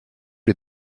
les